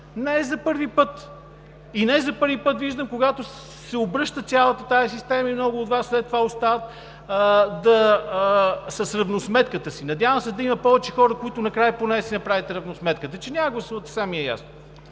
е за първи път! И не за първи път виждам, когато се обръща цялата тази система – много от Вас след това остават с равносметката си. Надявам се да има повече хора, които накрая поне да си направите равносметката. Че няма да гласувате сега, ми е ясно.